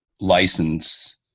license